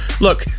Look